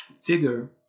figure